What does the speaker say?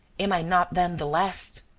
am i not then the last?